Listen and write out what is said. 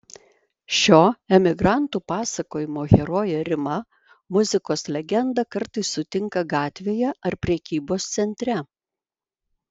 šio emigrantų pasakojimo herojė rima muzikos legendą kartais sutinka gatvėje ar prekybos centre